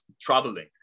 traveling